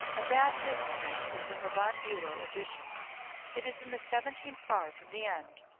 a bad misprint is in the von bulow edition it is in the seventeenth bar from the end,